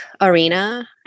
arena